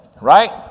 right